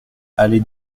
allée